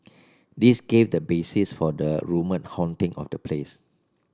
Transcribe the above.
this gave the basis for the rumoured haunting of the place